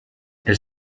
elle